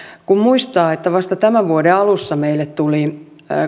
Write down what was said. kun muistaa että vasta tämän vuoden alussa meillä tuli